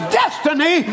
destiny